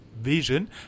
vision